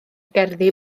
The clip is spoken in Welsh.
gerddi